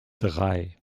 drei